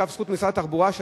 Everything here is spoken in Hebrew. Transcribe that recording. משרד התחבורה' לכף זכות,